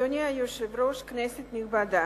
אדוני היושב-ראש, כנסת נכבדה,